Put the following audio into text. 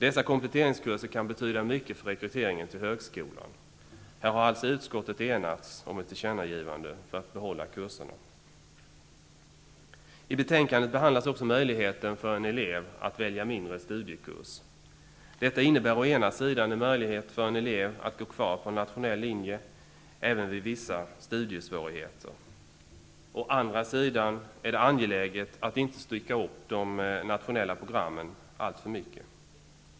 Dessa kompletteringskurser kan betyda mycket för rekryteringen till högskolan. Här har utskottets ledamöter enats om ett tillkännagivande för att behålla kurserna. I betänkandet behandlas också möjligheten för en elev att välja mindre studiekurs. Detta innebär å ena sidan en möjlighet för en elev att gå kvar på en nationell linje även vid vissa studiesvårigheter. Å andra sidan är det angeläget att inte stycka upp de nationella programmen alltför mycket.